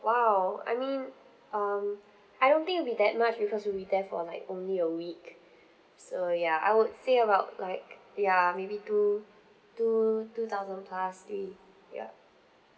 !wow! I mean um I don't think it'll be that much because we'll be there for like only a week so ya I would say about like ya maybe two two two thousand plus three yup